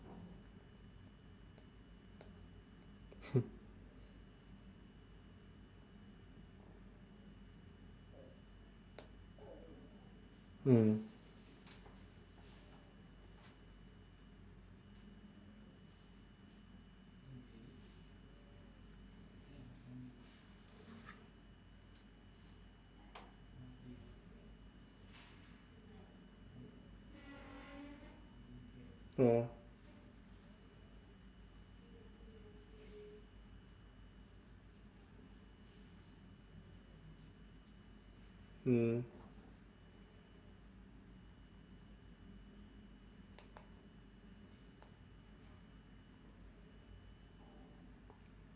mm mm mm